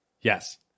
Yes